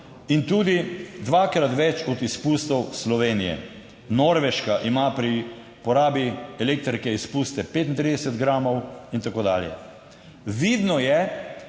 in tudi dvakrat več od izpustov Slovenije. Norveška ima pri porabi elektrike, izpuste 35 gramov in tako dalje. Vidno je,